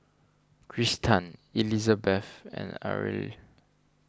Kristan Elizabeth and Areli